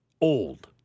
old